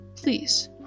Please